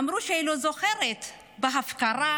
אמרו שהיא לא זוכרת את ההפקרה.